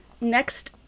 next